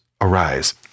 arise